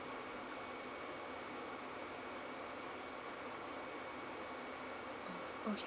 okay